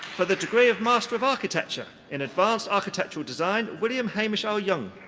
for the degree of master of architecture in advanced architectural design, william hamish au-yeung.